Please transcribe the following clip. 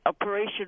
operation